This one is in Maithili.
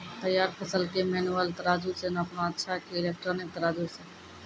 तैयार फसल के मेनुअल तराजु से नापना अच्छा कि इलेक्ट्रॉनिक तराजु से?